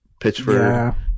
Pitchford